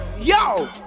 Yo